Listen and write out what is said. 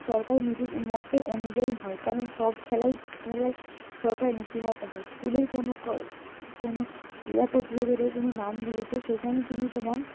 সরকারি নীতির মতে অনুযায়ী হয় কারণ সব খেলাই খেলাই সরকারি নীতি মতো হয় স্কুলের কোনো কোনো ক্রীড়া প্রতিযোগিতায় তুমি নাম দিয়েছ সেখানে তুমি তোমার